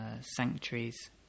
sanctuaries